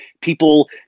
people